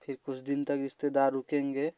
फिर कुछ दिन तक रिश्तेदार रुकेंगे